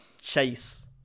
Chase